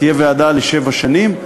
תהיה ועדה לשבע שנים,